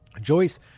Joyce